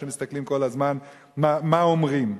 שמסתכלים כל הזמן מה אומרים,